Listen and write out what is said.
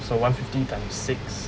so one fifty times six